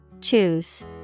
Choose